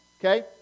Okay